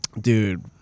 Dude